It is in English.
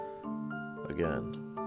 Again